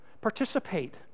participate